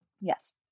Yes